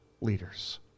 leaders